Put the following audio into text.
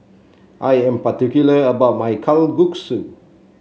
I am particular about my Kalguksu